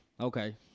okay